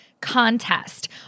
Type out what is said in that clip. contest